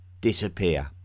disappear